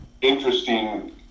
interesting